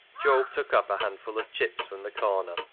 job took up a handful of chips from the corner,